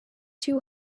two